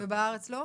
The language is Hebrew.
ובארץ לא?